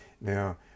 Now